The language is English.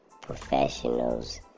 professionals